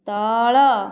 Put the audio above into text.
ତଳ